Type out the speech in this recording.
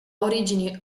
origini